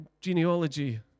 genealogy